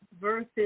versus